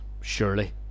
surely